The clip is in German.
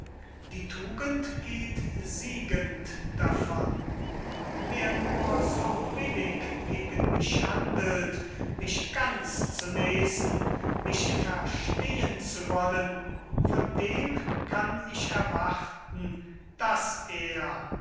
die tugend geht siegend davon wer nur so billig gegen mich handelt mich ganz zu lesen mich verstehen zu wollen von dem kann ich erwarten daß er